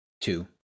Two